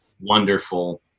wonderful